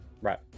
Right